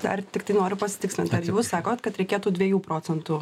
dar tiktai noriu pasitikslint ar jūs sakot kad reikėtų dviejų procentų